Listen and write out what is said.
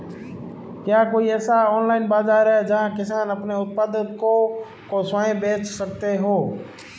क्या कोई ऐसा ऑनलाइन बाज़ार है जहाँ किसान अपने उत्पादकों को स्वयं बेच सकते हों?